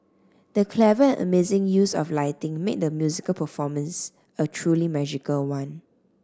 the clever and amazing use of lighting made the musical performance a truly magical one